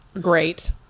Great